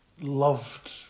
loved